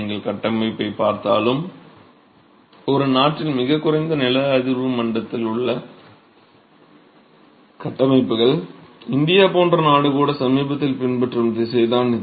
நீங்கள் கட்டமைப்பதைப் பார்த்தாலும் ஒரு நாட்டில் மிகக் குறைந்த நில அதிர்வு மண்டலத்தில் உள்ள கட்டமைப்புகள் இந்தியா போன்ற நாடு கூட சமீபத்தில் பின்பற்றும் திசை தான் இது